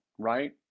right